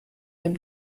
dem